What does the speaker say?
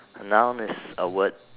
noun is a word